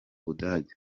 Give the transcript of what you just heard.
budage